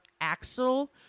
Axel